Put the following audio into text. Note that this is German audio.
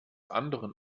anderen